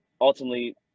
ultimately